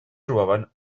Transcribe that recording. trobaven